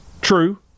True